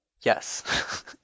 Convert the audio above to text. yes